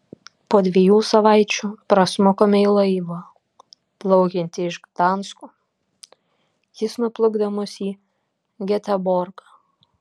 po dviejų savaičių prasmukome į laivą plaukiantį iš gdansko jis nuplukdė mus į geteborgą